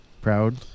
Proud